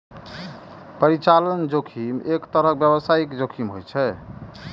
परिचालन जोखिम एक तरहक व्यावसायिक जोखिम होइ छै